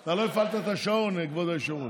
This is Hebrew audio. אתה לא הפעלת את השעון, כבוד היושב-ראש.